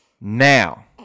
now